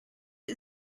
the